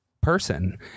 person